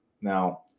now